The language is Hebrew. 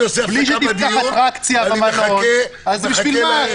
בשביל מה?